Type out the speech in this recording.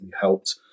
helped